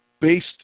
based